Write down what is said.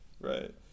right